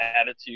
attitude